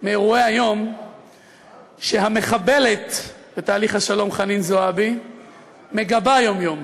מאירועי היום שהמחבלת בתהליך השלום חנין זועבי מגבה יום-יום: